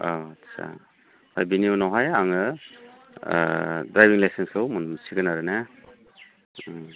आदसा बिनि उनावहाय आङो ओ ड्राइभिं लाइसेन्सखौ मोनसिगोन आरोने उम